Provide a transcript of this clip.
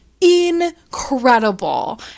incredible